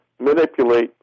manipulate